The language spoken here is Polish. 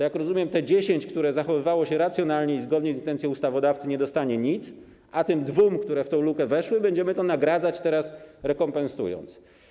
Jak rozumiem, te dziesięć, które zachowywały się racjonalnie i zgodnie z intencją ustawodawcy, nie dostanie nic, a te dwie, które w tę lukę weszły, będziemy nagradzać, rekompensując.